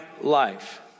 life